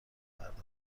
پرداخت